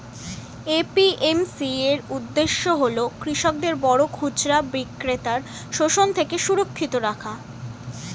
APMC এর উদ্দেশ্য হল কৃষকদের বড় খুচরা বিক্রেতার শোষণ থেকে সুরক্ষিত রাখা